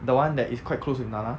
the one that is quite close with na na